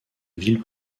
ville